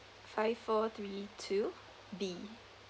five four three two B